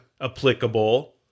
applicable